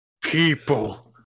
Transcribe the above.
People